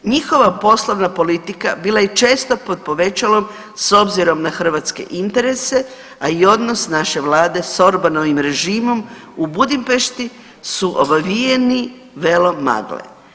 Njihova poslovna politika bila je često pod povećalom s obzirom na hrvatske interese, a i odnos naše Vlade s Orbanovim režimom, u Budimpešti su obavijeni velom magle.